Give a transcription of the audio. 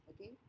okay